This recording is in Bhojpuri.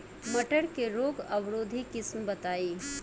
मटर के रोग अवरोधी किस्म बताई?